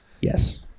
Yes